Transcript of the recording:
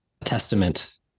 testament